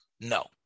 No